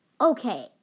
Okay